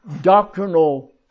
doctrinal